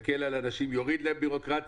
זה יקל על אנשים, יוריד להם את הבירוקרטיה.